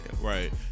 Right